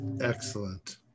Excellent